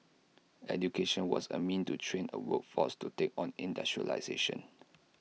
education was A means to train A workforce to take on industrialisation